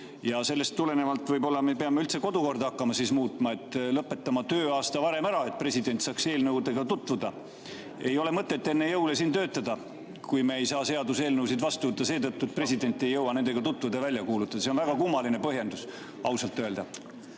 Ja sellest tulenevalt võib-olla me peame üldse kodukorda hakkama muutma, lõpetama tööaasta varem ära, et president saaks eelnõudega tutvuda. Ei ole mõtet enne jõule siin töötada, kui me ei saa seaduseelnõusid vastu võtta seetõttu, et president ei jõua nendega tutvuda ja neid välja kuulutada. See on väga kummaline põhjendus ausalt öelda.